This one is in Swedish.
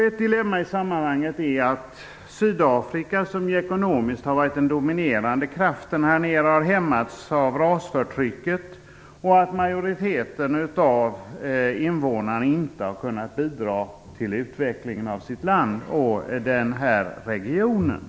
Ett dilemma i sammanhanget är att Sydafrika, som ekonomiskt har varit den dominerande kraften, har hämmats av rasförtrycket och att majoriteten av invånarna inte har kunnat bidra till utvecklingen av sitt land och av regionen.